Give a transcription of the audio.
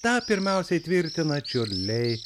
tą pirmiausiai tvirtina čiurliai